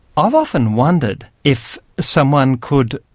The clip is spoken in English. i've often wondered if someone could,